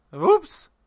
Oops